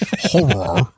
horror